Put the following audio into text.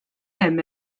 hemm